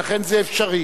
ולכן זה אפשרי.